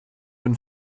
been